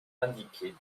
indiquer